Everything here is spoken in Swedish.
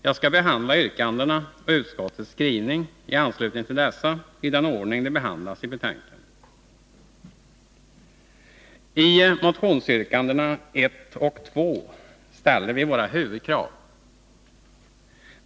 Jag skall behandla yrkandena och utskottets skrivning i anslutning till dessa i den ordning de behandlas i betänkandet. I motionsyrkandena 1 och 2 ställer vi våra huvudkrav.